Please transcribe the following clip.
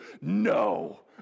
No